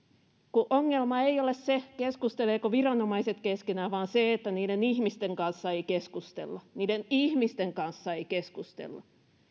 kun ongelma ei ole se keskustelevatko viranomaiset keskenään vaan se että niiden ihmisten kanssa ei keskustella niiden ihmisten kanssa ei keskustella